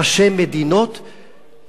ראשי מדינות,